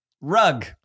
Rug